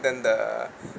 then the